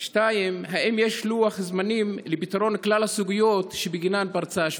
2. האם יש לוח זמנים לפתרון כלל הסוגיות שבגינן פרצה השביתה?